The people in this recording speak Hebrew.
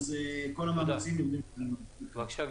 בבקשה,